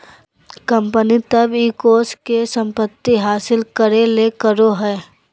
company तब इ कोष के संपत्ति हासिल करे ले करो हइ